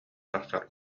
тахсар